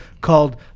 called